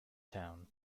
town